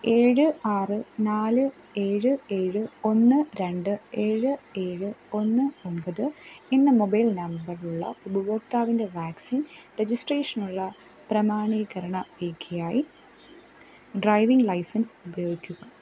ഏഴ് ആറ് നാല് ഏഴ് ഏഴ് ഒന്ന് രണ്ട് ഏഴ് ഏഴ് ഒന്ന് ഒമ്പത് എന്ന മൊബൈൽ നമ്പറുള്ള ഉപയോക്താവിൻ്റെ വാക്സിൻ രജിസ്ട്രേഷനുള്ള പ്രമാണീകരണ രേഖയായി ഡ്രൈവിംഗ് ലൈസൻസ് ഉപയോഗിക്കുക